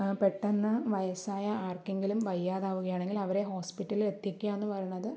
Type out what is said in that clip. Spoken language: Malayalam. പെട്ടന്ന് വയസ്സായ ആർക്കെങ്കിലും വയ്യാതാവുകയാണെങ്കിൽ അവരെ ഹോസ്പിറ്റലിൽ എത്തിക്കുകയെന്നു പറയണത്